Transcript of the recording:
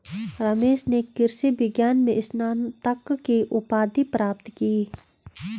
रमेश ने कृषि विज्ञान में स्नातक की उपाधि प्राप्त की